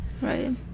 Right